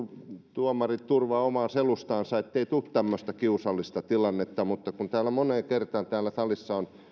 tuomarit turvaavat omaa selustaansa ettei tule tämmöistä kiusallista tilannetta mutta kun täällä salissa on aina